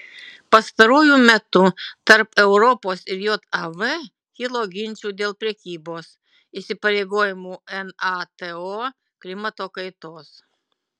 pastaruoju metu tarp europos ir jav kilo ginčų dėl prekybos įsipareigojimų nato klimato kaitos